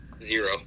Zero